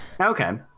Okay